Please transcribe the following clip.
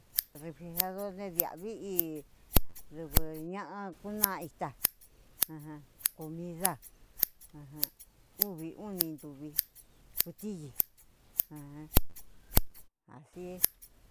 Refrigeradorne diavi i duvu ña'a kuna'a ita ajan kumida ajan uvi uni ntuvi kutiyi ajan asi es.